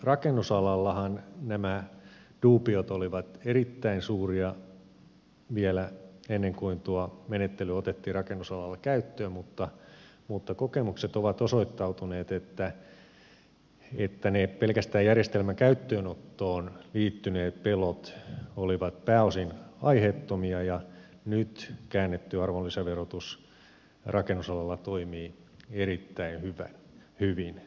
rakennusalallahan nämä duubiot olivat erittäin suuria vielä ennen kuin tuo menettely otettiin rakennusalalla käyttöön mutta kokemukset ovat osoittaneet että ne pelkästään järjestelmän käyttöönottoon liittyneet pelot olivat pääosin aiheettomia ja nyt käännetty arvonlisäverotus rakennusalalla toimii erittäin hyvin